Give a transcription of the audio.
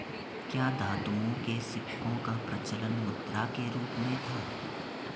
क्या धातुओं के सिक्कों का प्रचलन मुद्रा के रूप में था?